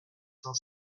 cent